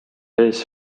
ees